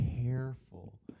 careful